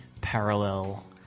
parallel